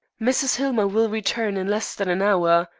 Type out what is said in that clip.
mrs. hillmer will return in less than an hour.